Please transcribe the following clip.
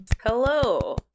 Hello